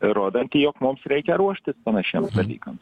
rodanti jog mums reikia ruoštis panašiems dalykams